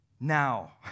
now